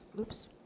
oops